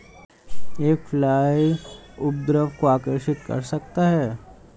एक फ्लाई उपद्रव को आकर्षित कर सकता है?